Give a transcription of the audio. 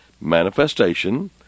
manifestation